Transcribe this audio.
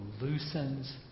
loosens